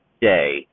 day